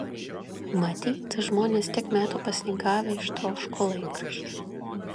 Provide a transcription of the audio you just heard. matyt žmonės tiek metų pasninkavę ištroško laikraščių